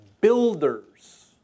builders